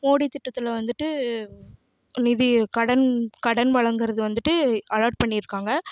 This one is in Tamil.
மோடி திட்டத்தில் வந்துவிட்டு நிதி கடன் கடன் வழங்குறது வந்துவிட்டு அலாட் பண்ணி இருக்காங்க